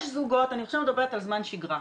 אני עכשיו מדברת על זמן שגרה,